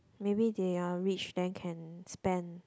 maybe they are rich then can spend